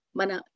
mana